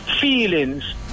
feelings